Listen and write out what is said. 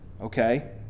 Okay